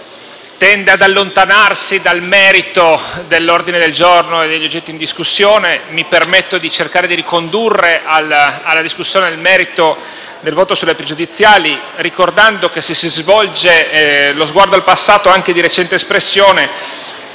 tende ad allontanarsi dal merito dell'ordine del giorno e dagli argomenti in discussione, mi permetto di cercare di ricondurre la discussione al merito del voto sulle pregiudiziali ricordando che, se si volge lo sguardo al passato anche di recente espressione,